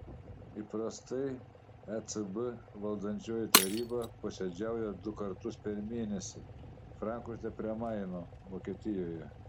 įprastai ecb valdančioji taryba posėdžiauja du kartus per mėnesį frankfurte prie maino vokietijoje